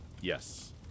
Yes